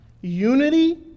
unity